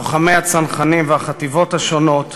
לוחמי הצנחנים והחטיבות השונות,